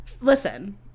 listen